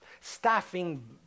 staffing